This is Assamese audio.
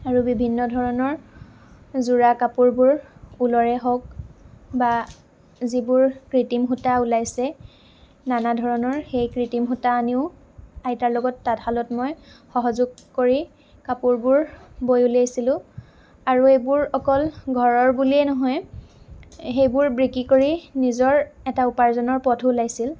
আৰু বিভিন্ন ধৰণৰ যোৰা কাপোৰবোৰ ঊলৰে হওক বা যিবোৰ কৃত্ৰিম সূতা ওলাইছে নানা ধৰণৰ সেই কৃত্ৰিম সূতা আনিও আইতাৰ লগত তাঁতশালত মই সহযোগ কৰি কাপোৰবোৰ বৈ উলিয়াইছিলোঁ আৰু এইবোৰ অকল ঘৰৰ বুলিয়ে নহয় সেইবোৰ বিক্ৰী কৰি নিজৰ এটা উপাৰ্জনৰ পথো ওলাইছিল